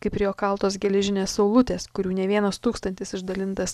kaip ir jo kaltos geležinės saulutės kurių ne vienas tūkstantis išdalintas